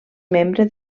membre